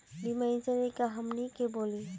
बीमा इंश्योरेंस का है हमनी के बोली?